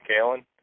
Kalen